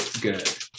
good